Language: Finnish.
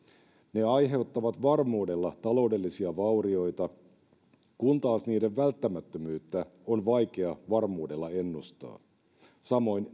ne aiheuttavat varmuudella taloudellisia vaurioita kun taas niiden välttämättömyyttä on vaikea varmuudella ennustaa samoin